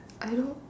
I don't